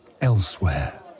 elsewhere